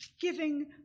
giving